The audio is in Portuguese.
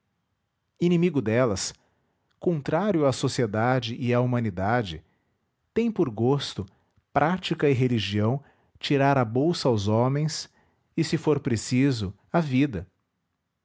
inimigo delas contrário à sociedade e à humanidade tem por gosto prática e religião tirar a bolsa aos homens e se for preciso a vida